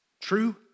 true